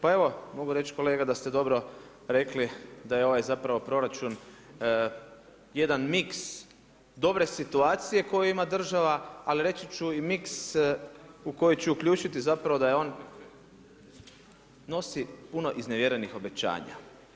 Pa evo, mogu reći kolega da ste dobro rekli da je ovaj zapravo proračun jedan mix dobre situacije koju ima država ali reći ću i mix u koji ću uključiti zapravo da on nosi puno iznevjerenih obećanja.